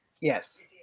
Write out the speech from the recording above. Yes